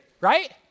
right